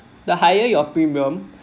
the higher your premium